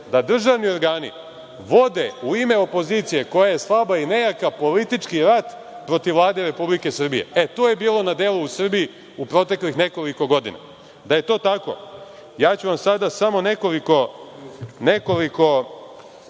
da državni organi vode, u ime opozicije koja je slaba i nejaka, politički rat protiv Vlade Republike Srbije. To je bilo na delu u Srbiji proteklih nekoliko godina. Da je to tako, sada ću vam samo nekoliko